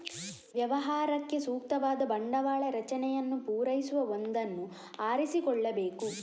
ವ್ಯವಹಾರಕ್ಕೆ ಸೂಕ್ತವಾದ ಬಂಡವಾಳ ರಚನೆಯನ್ನು ಪೂರೈಸುವ ಒಂದನ್ನು ಆರಿಸಿಕೊಳ್ಳಬೇಕು